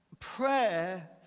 Prayer